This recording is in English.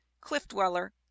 cliff-dweller